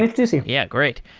introduce you. yeah, great.